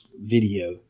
video